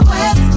West